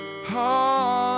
heart